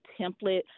template